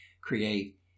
create